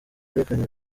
yerekanye